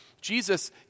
Jesus